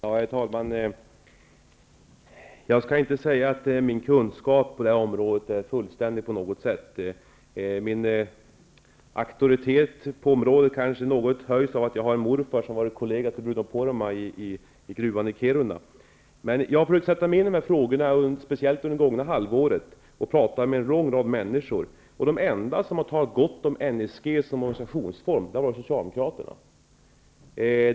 Herr talman! Jag skall inte säga att min kunskap på det området är fullständig på något sätt. Min auktoritet på området kanske något stärks av att min morfar har varit kollega till Bruno Poromaa i gruvan i Kiruna. Jag har emellertid försökt sätta mig in i de här frågorna, särskilt under det gångna halvåret. Jag har pratat med en lång rad människor. De enda som har talat gott om NSG som organisationsform har varit socialdemokratena.